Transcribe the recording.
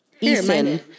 Ethan